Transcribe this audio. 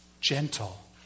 gentle